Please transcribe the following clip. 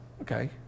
okay